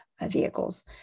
vehicles